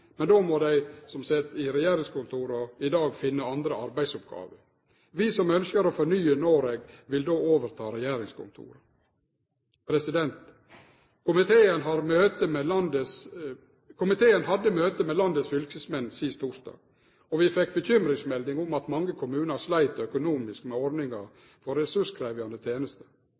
men då må dei som sit i regjeringskontora i dag, finne andre arbeidsoppgåver. Vi som ønskjer å fornye Noreg, vil då overta regjeringskontora. Komiteen hadde møte med landets fylkesmenn sist torsdag, og vi fekk bekymringsmelding om at mange kommunar slit økonomisk med ordninga for ressurskrevjande tenester.